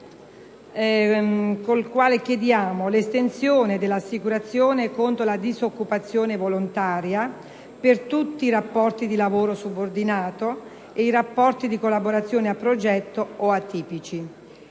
2.59 chiediamo l'estensione dell'assicurazione contro la disoccupazione volontaria per tutti i rapporti di lavoro subordinato e i rapporti di collaborazione a progetto o atipici.